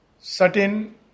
certain